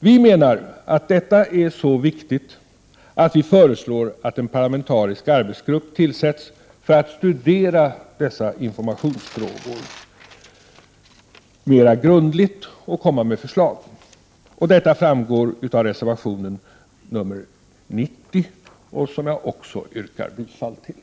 Vi menar att detta är så viktigt att vi föreslår att en parlamentarisk arbetsgrupp tillsätts för att studera informationsfrågorna mera grundligt och komma med förslag. Detta framgår av reservation 90, som jag också yrkar bifall till.